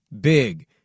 Big